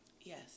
Yes